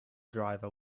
driver